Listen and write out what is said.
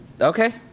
Okay